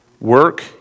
Work